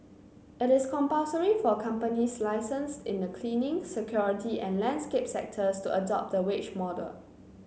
it is compulsory for companies licensed in the cleaning security and landscape sectors to adopt the wage model